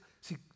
see